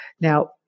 Now